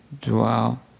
dwell